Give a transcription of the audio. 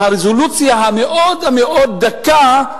עם הרזולוציה המאוד-מאוד דקה,